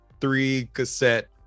three-cassette